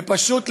ופשוט,